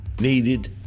needed